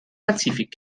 pazifik